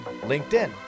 LinkedIn